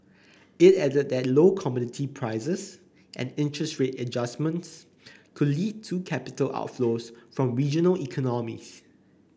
it added that low commodity prices and interest rate adjustments could lead to capital outflows from regional economies